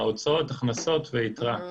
הוצאות, הכנסות ויתרה.